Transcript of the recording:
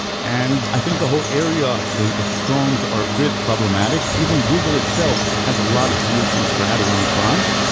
and i think the whole area of crons are a bit problematic, problematic, even google itself has a lot of solutions for how to run crons.